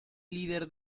líder